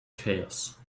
chaos